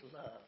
love